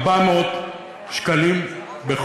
אפשר לעשות, אדוני, ב-2,400 שקלים בחודש?